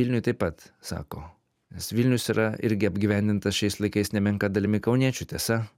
vilniuj taip pat sako nes vilnius yra irgi apgyvendintas šiais laikais nemenka dalimi kauniečių tiesa